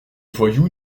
voyous